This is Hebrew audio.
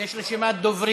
יש רשימת דוברים.